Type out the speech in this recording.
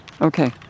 Okay